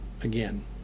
again